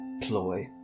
ploy